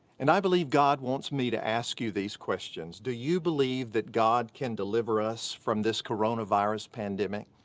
and i believe god wants me to ask you these questions. do you believe that god can deliver us from this coronavirus pandemic?